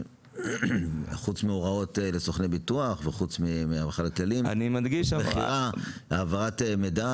חוץ מהוראות לסוכני ביטוח וחוץ --- הכללים בחירה והעברת מידע